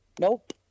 Nope